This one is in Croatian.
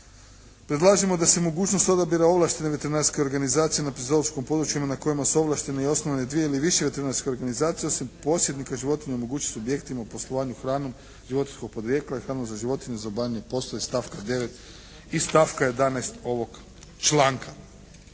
Predlažemo da se mogućnost odabira ovlaštene veterinarske organizacije na …/Govornik se ne razumije./… područjima na kojima su ovlaštene ili osnovane dvije ili više veterinarskih organizacija osim posjednika životinja omogući subjektima u poslovanju hranom životinjskog podrijetla i hranom za životinje za obavljanje poslova iz stavka 9. i stavka 11. ovog članka.